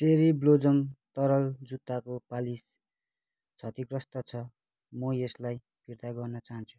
cherry blossom तरल जुत्ताको polish क्षतिग्रस्त छ म यसलाई फिर्ता गर्न चाहन्छु